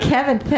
Kevin